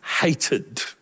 hated